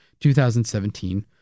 2017